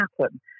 happen